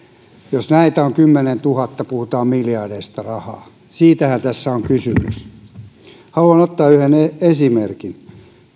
jos näitä on kymmenentuhatta puhutaan miljardeista rahaa siitähän tässä on kysymys haluan ottaa yhden esimerkin